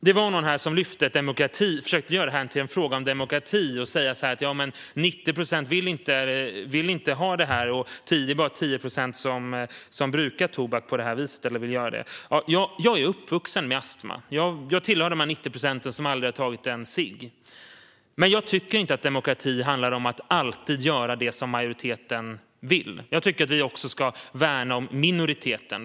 Det var någon som försökte göra det här till en fråga om demokrati genom att säga att 90 procent inte vill ha det och att det bara är 10 procent som vill bruka eller brukar tobak på det här viset. Jag är uppvuxen med astma. Jag tillhör dessa 90 procent och har aldrig tagit en cigg. Jag tycker dock inte att demokrati handlar om att alltid göra det som majoriteten vill, utan vi ska också värna om minoriteten.